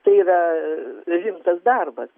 tai yra rimtas darbas